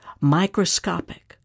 microscopic